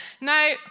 Now